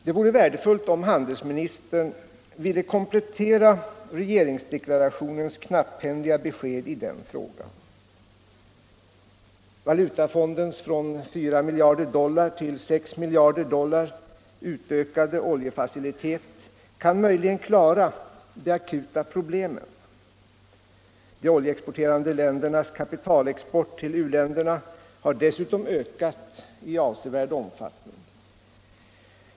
Det vore värdefullt om handelsministern ville komplettera regeringsdeklarationens knapphändiga besked i den frågan. Valutafondens från 4 miljarder dollar till 6 miljarder dollar utökade oljefacilitet kan möjligen klara de akuta problemen. De oljeproducerande ländernas kapitalexport till u-länderna har dessutom ökat i avsevärd omfattning.